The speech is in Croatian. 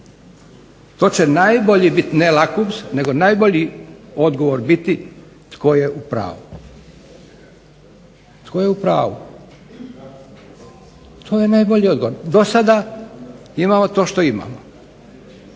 To će najbolji bit ne …/Ne razumije se./… nego najbolji odgovor biti tko je u pravu. To je najbolji odgovor. Do sada imamo to što imamo